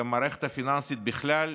והמערכת הפיננסית בכלל,